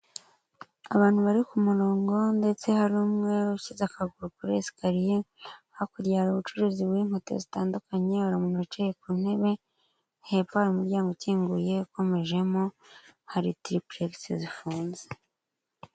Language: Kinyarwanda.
Abantu bari ku murongo ndetse hari umwe ushyize akaguru kuri esikariye, hakurya hari ubucuruzi bw'inkweto zitandukanye, hari umuntu wicaye ku ntebe hepfo hari umuryango ukinguye ukomejemo hari tiripuregisi zifunze.